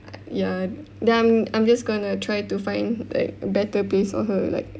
ah ya then I'm I'm just going to try to find like a better place for her like